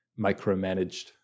micromanaged